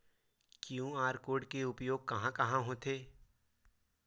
QR code के उपयोग कहां कहां होथे?